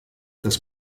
das